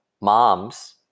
moms